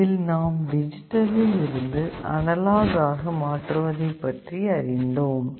இதில் நாம் டிஜிட்டலில் இருந்து அனலாக் ஆக மாற்றுவதை பற்றி அறிந்தோம்